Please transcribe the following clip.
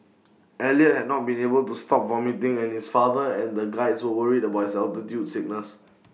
Elliot had not been able to stop vomiting and his father and the Guides were worried about his altitude sickness